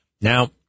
Now